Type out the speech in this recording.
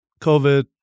Covid